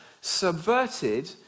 subverted